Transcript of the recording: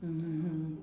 mmhmm hmm